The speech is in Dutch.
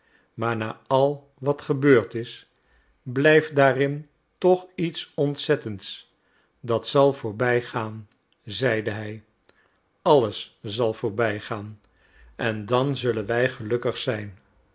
maar na al wat gebeurd is blijft daarin toch iets ontzettends dat zal voorbijgaan zeide hij alles zal voorbijgaan en dan zullen wij gelukkig zijn